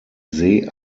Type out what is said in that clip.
see